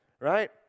Right